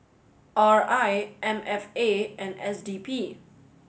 R I M F A and S D P